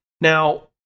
Now